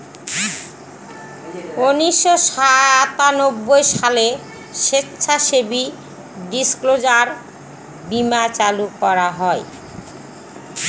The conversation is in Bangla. উনিশশো সাতানব্বই সালে স্বেচ্ছাসেবী ডিসক্লোজার বীমা চালু করা হয়